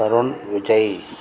Tarun Vijay